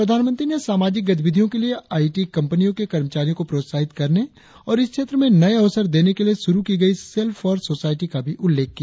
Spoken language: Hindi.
प्रधानमंत्री ने सामाजिक गतिविधियों के लिए आई टी कंपनियों के कर्मचारियों को प्रोत्साहित करने और इस क्षेत्र में नए अवसर देने के लिए शुरु की गई सेल्फ फॉर सोसायटी का उल्लेख किया